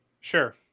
Sure